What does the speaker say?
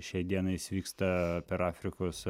šiai dienai jis vyksta per afrikos